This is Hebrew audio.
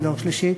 דור שלישי,